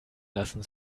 lassen